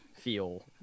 feel